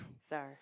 Sorry